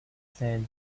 said